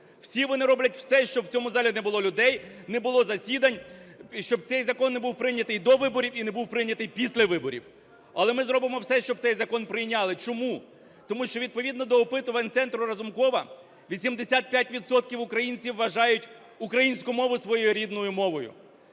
Всі вони роблять все, щоб в цьому залі не було людей, не було засідань, щоб цей закон не був прийнятий до виборів і не був прийнятий після виборів. Але ми зробимо все, щоб цей закон прийняли. Чому? Тому що відповідно до опитувань Центру Разумкова, 85 відсотків українців вважають українську мову своєю рідною мовою.